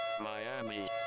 Miami